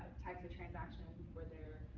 type of transactions where they're